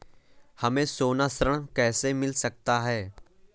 हमें सोना ऋण कैसे मिल सकता है?